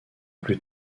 plus